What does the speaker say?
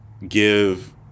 give